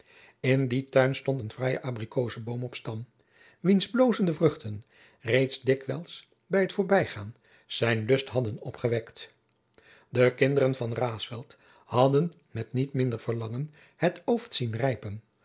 in dien tuin stond een fraaie abrikoozen boom op stam wiens bloozende vruchten reeds dikwijls bij t voorbijgaan zijn lust hadden opgewekt de kinderen van raesfelt hadden met niet minder verlangen het ooft zien rijpen